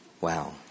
Wow